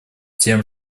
тем